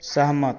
सहमत